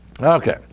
Okay